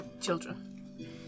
children